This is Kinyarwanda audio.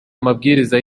amabwiriza